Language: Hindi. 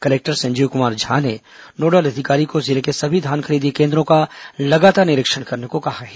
कलेक्टर संजीव कुमार झा ने नोडल अधिकारी को जिले के सभी धान खरीदी केन्द्रों का लगातार निरीक्षण करने को कहा है